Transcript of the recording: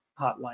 hotline